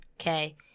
Okay